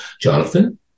Jonathan